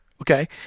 Okay